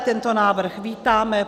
Tento návrh vítáme.